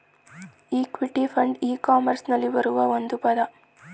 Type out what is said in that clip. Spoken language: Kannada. ಇಕ್ವಿಟಿ ಫಂಡ್ ಇ ಕಾಮರ್ಸ್ನಲ್ಲಿ ಬರುವ ಒಂದು ಪದ